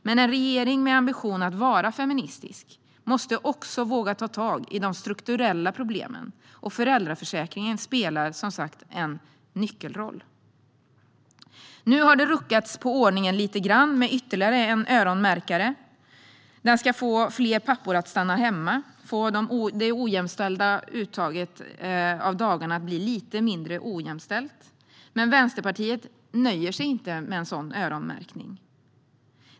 Men en regering med ambitionen att vara feministisk måste också våga ta tag i de strukturella problemen, och föräldraförsäkringen spelar som sagt en nyckelroll. Nu har man ruckat på ordningen lite grann med ytterligare en öronmärkning. Den ska få fler pappor att stanna hemma och få det ojämställda uttaget av dagar att bli lite mindre ojämställt. Men Vänsterpartiet nöjer sig inte med en sådan öronmärkning.